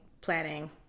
planning